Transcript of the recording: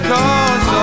Cause